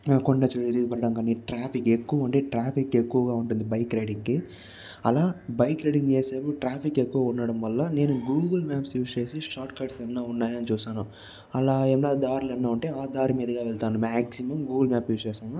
కొండ చర్యలు విరిగిపడడం కానీ ట్రాఫిక్ ఎక్కువ ఉండి ట్రాఫిక్ ఎక్కువగా ఉంటుంది బైక్ రైడింగ్ కి అలా బైక్ రైడింగ్ చేసేటప్పుడు ట్రాఫిక్ ఎక్కువ ఉండడం వల్ల నేను గూగుల్ మ్యాప్స్ యూజ్ చేసి షార్ట్ కట్స్ ఏమన్నా ఉన్నాయా అని చూస్తాను అలా ఏవైన దారులు ఏమైన ఉంటే ఆ దారి మీదుగా వెళ్తాను మ్యాక్సిమం గూగుల్ మ్యాప్ యూజ్ చేస్తాను